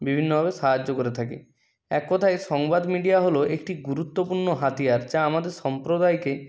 বিভিন্নভাবে সাহায্য করে থাকে এক কথায় সংবাদ মিডিয়া হলো একটি গুরুত্বপূর্ণ হাতিয়ার যা আমাদের সম্প্রদায়কে